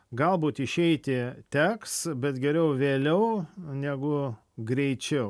galbūt išeiti teks bet geriau vėliau negu greičiau